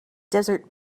desert